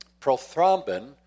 Prothrombin